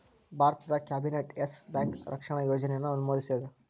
ಭಾರತದ್ cabinet Yes Bank ರಕ್ಷಣಾ ಯೋಜನೆಯನ್ನ ಅನುಮೋದಿಸೇದ್